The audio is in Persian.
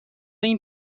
این